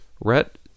Rhett